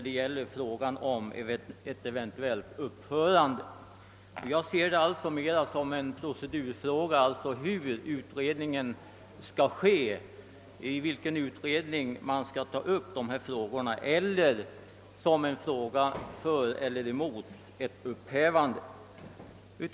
Jag ser alltså detta mera som en procedurfråga om i vilken utredning man skall ta upp dessa problem än som ett ställningstagande för eller emot ett upphävande.